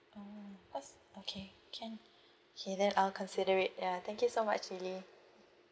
oh what's okay can K then I'll consider it ya thank you so much lily